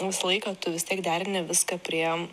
visą laiką tu vis tiek derini viską prie